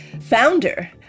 founder